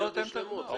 את הגמר.